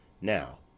Now